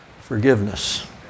forgiveness